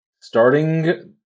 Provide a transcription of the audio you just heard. starting